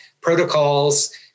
protocols